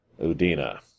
Udina